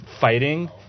fighting